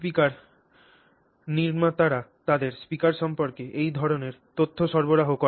speaker নির্মাতারা তাদের speaker সম্পর্কে এই ধরণের তথ্য সরবরাহ করে